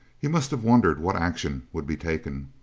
he must have wondered what action would be taken.